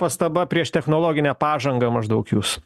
pastaba prieš technologinę pažangą maždaug jūs